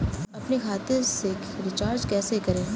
अपने खाते से रिचार्ज कैसे करें?